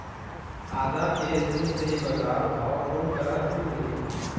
आदा के सही सही बजार भाव कोन करा से मिलही?